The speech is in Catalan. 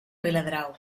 viladrau